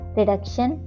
reduction